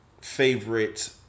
favorite